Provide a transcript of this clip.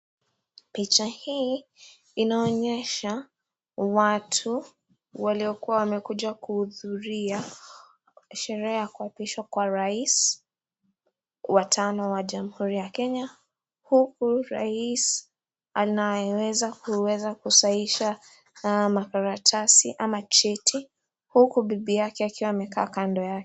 Picha hii inaonyesha watu waliokuwa wamekuja kuhudhuria sherehe ya kuapishwa kwa wa tano ya jamhuri ya Kenya . Huku rais anayeweza kuweza kusahihisha haya makaratasi ama cheti huku bibi yake akiwa amekaa kando yake.